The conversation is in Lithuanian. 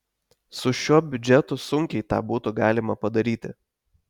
su šiuo biudžetu sunkiai tą būtų galima padaryti